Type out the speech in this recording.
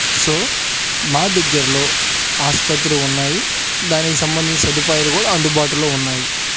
so మా దగ్గరలో ఆసుపత్రి ఉన్నాయి దానికి సంబంధించిన సదుపాయాలు కూడా అందుబాటులో ఉన్నాయి